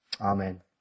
Amen